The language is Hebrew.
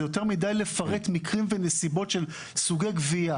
זה יותר מדי לפרט מקרים ונסיבות של סוגי גבייה.